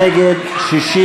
נגד, 60,